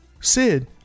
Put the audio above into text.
Sid